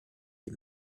sie